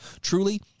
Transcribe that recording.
Truly